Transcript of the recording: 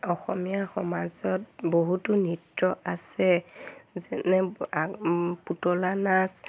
অসমীয়া সমাজত বহুতো নৃত্য আছে যেনে পুতলা নাচ